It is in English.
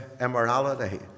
immorality